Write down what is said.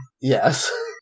Yes